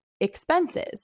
expenses